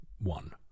one